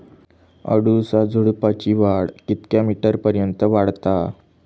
अडुळसा झुडूपाची वाढ कितक्या मीटर पर्यंत वाढता?